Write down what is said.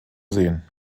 sehen